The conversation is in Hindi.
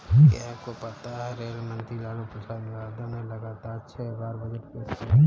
क्या आपको पता है रेल मंत्री लालू प्रसाद यादव ने लगातार छह बार बजट पेश किया?